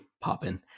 popping